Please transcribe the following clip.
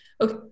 okay